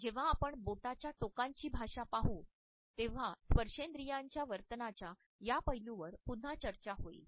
जेव्हा आपण बोटाच्या टोकांची भाषा पाहू तेव्हा स्पर्शेंद्रियाच्या वर्तनाच्या या पैलूंवर पुन्हा चर्चा होईल